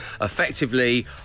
Effectively